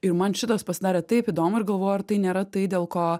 ir man šitas pasidarė taip įdomu ir galvoju ar tai nėra tai dėl ko